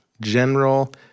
general